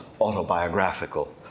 autobiographical